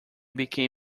became